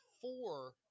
four